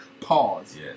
Pause